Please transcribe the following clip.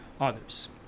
others